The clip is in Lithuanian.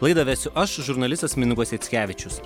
laidą vesiu aš žurnalistas mindaugas jackevičius